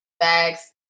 Thanks